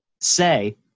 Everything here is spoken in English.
say